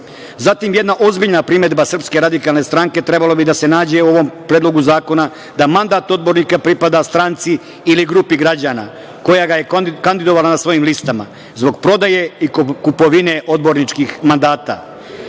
jedna ozbiljna primedba SRS trebala bi da se nađe u ovom predlogu zakona da mandat odbornika pripada stranci ili grupi građana koja ga je kandidovala na svojim listama, zbog prodaje i kupovine odborničkih mandata.